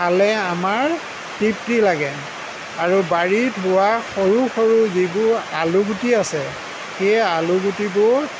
পালে আমাৰ তৃপ্তি লাগে আৰু বাৰীত হোৱা সৰু সৰু যিবোৰ আলুগুটি আছে সেই আলুগুটিবোৰ